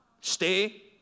Stay